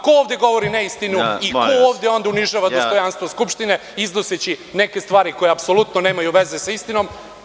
Ko ovde govori neistinu i ko ovde onda unižava dostojanstvo Skupštine iznoseći neke stvari koje apsolutno nemaju veze sa istinom?